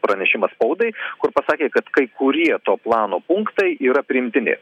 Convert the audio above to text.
pranešimą spaudai kur pasakė kad kai kurie to plano punktai yra priimtini